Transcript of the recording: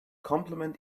compliment